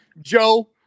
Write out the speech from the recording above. Joe